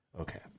Okay